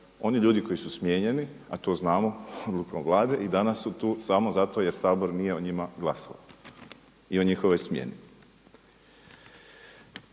oni ljudi koji su smijenjeni, a to znamo, odlukom Vlade, i danas su tu samo zato jer Sabor nije o njima glasao i o njihovoj smjeni.